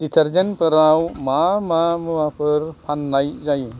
दिटारजेन्टफोराव मा मा मुवाफोर फाननाय जायो